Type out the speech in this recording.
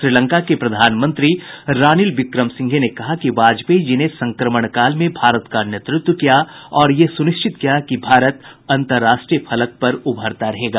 श्रीलंका के प्रधानमंत्री रानिल विक्रमसिंघे ने कहा है कि वाजपेयी जी ने संक्रमण काल में भारत का नेतृत्व किया और ये सुनिश्चित किया कि भारत अंतराष्ट्रीय फलक पर उभरता रहेगा